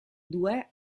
due